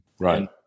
Right